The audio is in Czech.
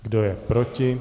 Kdo je proti?